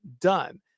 done